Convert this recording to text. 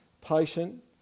patient